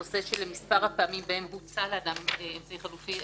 הנושא של מספר הפעמים שבהם הוצע לאדם אמצעי חלופי.